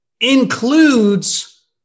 includes